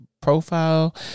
profile